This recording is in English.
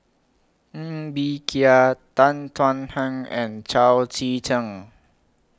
Ng Bee Kia Tan Thuan Heng and Chao Tzee Cheng